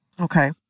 Okay